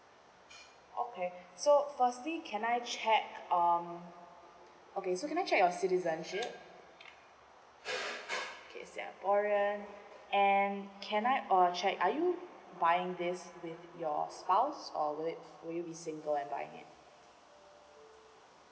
okay so firstly can I check um okay so can I check your citizenship okay singaporean and can I or check are you buying this with your spouse or will it will you be single and buying it